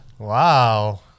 Wow